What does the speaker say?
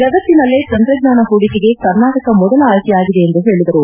ಜಗತ್ತಿನಲ್ಲೇ ತಂತ್ರಜ್ವಾನ ಹೂಡಿಕೆಗೆ ಕರ್ನಾಟಕ ಮೊದಲ ಆಯ್ಲೆಯಾಗಿದೆ ಎಂದು ಹೇಳಿದರು